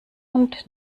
und